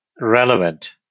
relevant